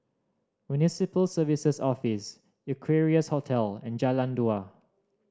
Municipal Services Office Equarius Hotel and Jalan Dua